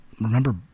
remember